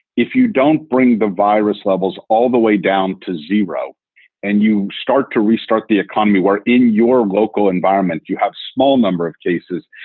if you don't bring the virus levels all the way down to zero and you start to restart the economy, where in your local environment you have small number of cases,